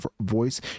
voice